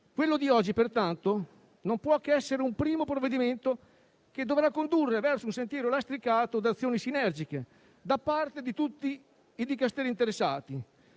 Quello di oggi, quindi, non può che essere un primo provvedimento che dovrà condurre verso un sentiero lastricato di azioni sinergiche da parte di tutti i Dicasteri interessati,